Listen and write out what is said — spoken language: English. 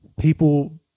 people